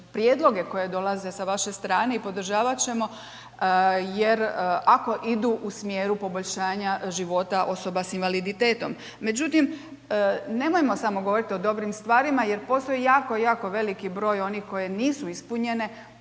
prijedloge koje dolaze sa vaše strane i podržavat ćemo jer ako odu u smjeru poboljšanja života osoba s invaliditetom. Međutim, nemojmo samo govoriti o dobrim stvarima jer postoji jako, jako veliki broj onih koje nisu ispunjenje,